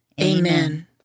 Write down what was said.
Amen